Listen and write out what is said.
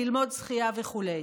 ללמוד שחייה וכו'.